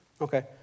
Okay